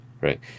Right